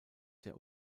der